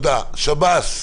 שב"ס,